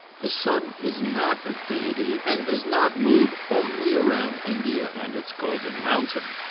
the sun is not a deity, and does not move only round india and its golden mountain.